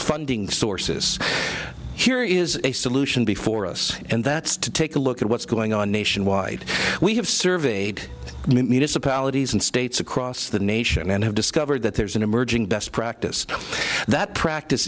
funding sources here is a solution before us and that's to take a look at what's going on nationwide we have surveyed municipalities and states across the nation and have discovered that there's an emerging best practice that practice